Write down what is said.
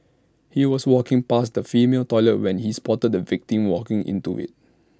he was walking past the female toilet when he spotted the victim walking into IT